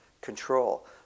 control